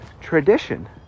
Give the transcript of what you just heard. tradition